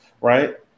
right